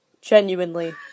Genuinely